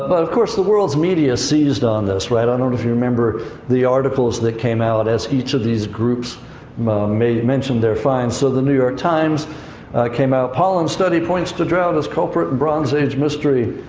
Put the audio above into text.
but of course, the world's media seized on this, right. i don't if you remember the articles that came out as each of these groups made mention of their finds. so the new york times came out, pollen study points to drought as culprit in bronze age mystery.